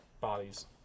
bodies